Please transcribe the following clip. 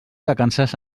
vacances